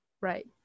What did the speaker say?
right